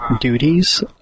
duties